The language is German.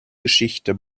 geschichte